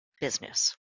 business